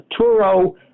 Turo